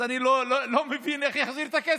אז אני לא מבין איך הוא יחזיר את הכסף.